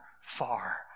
far